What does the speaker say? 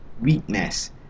weakness